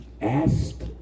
asked